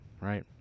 right